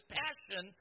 passion